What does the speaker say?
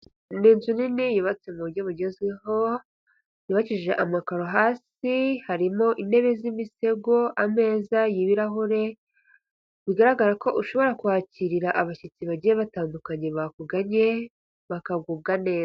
Ni inzu nini yubatse mu buryo bugezweho yubakishije amakaro hasi, harimo intebe z'imisego, ameza y'ibirahure. Bigaragara ko ushobora kuhakirira abashyitsi bagiye batandukanye bakuganye bakagubwa neza.